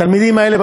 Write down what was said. התלמידים האלה,